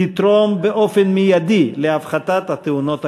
תתרום באופן מיידי להפחתת התאונות הקטלניות.